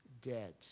dead